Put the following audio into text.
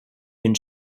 une